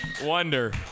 wonder